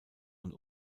und